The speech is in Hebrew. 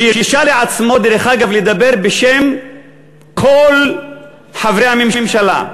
שהרשה לעצמו, דרך אגב, לדבר בשם כל חברי הממשלה,